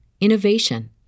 innovation